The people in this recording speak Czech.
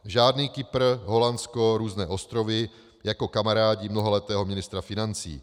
Žádný Kypr, Holandsko, různé ostrovy jako kamarádi mnoholetého ministra financí.